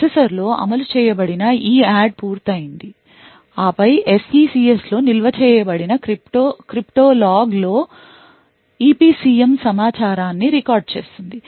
ప్రాసెసర్లో అమలు చేయబడిన EADD పూర్తయింది ఆపై SECS లో నిల్వ చేయబడిన crypto logలో EPCM సమాచారాన్ని రికార్డ్ చేస్తుంది